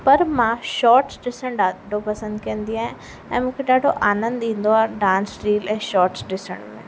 पर मां शॉट्स ॾिसण ॾाढो पसंदि कंदी आहियां ऐं मूंखे ॾाढो आनंदु ईंदो आहे डांस रील ऐं शॉट्स ॾिसण में